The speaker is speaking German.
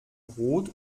rot